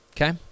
Okay